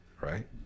right